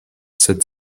sed